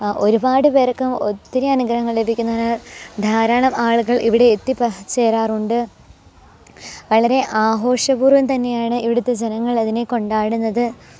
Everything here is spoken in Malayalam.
ഒരുപാട് പേര്ക്കും ഒത്തിരി അനുഗ്രഹങ്ങള് ലഭിക്കുന്നതിനാല് ധാരാളം ആളുകള് ഇവിടെ എത്തിച്ചേരാറുണ്ട് വളരെ ആഘോഷപൂര്വ്വം തന്നെയാണ് ഇവിടുത്തെ ജനങ്ങളതിനെ കൊണ്ടാടുന്നത്